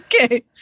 okay